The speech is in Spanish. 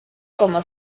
como